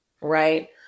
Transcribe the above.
right